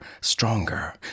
stronger